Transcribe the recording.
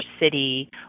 city